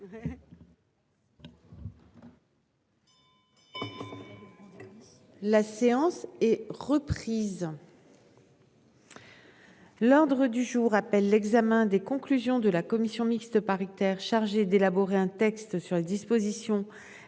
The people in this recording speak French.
La séance est reprise. L'ordre du jour appelle l'examen des conclusions de la commission mixte paritaire chargée d'élaborer un texte sur les dispositions.